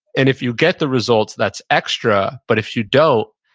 and if you get the results, that's extra, but if you don't,